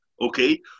Okay